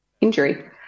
injury